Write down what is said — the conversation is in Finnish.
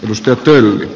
risto pelli